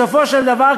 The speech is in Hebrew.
בסופו של דבר,